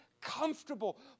comfortable